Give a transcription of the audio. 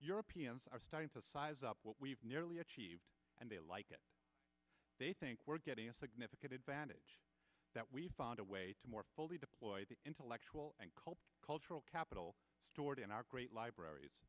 europeans are starting to size up what we've nearly achieved and they like it they think we're getting a significant advantage that we've found a way to more fully deploy the intellectual and cultural cultural capital stored in our great libraries